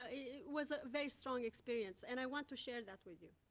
ah it was a very strong experience and i want to share that with you.